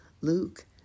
Luke